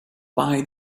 buy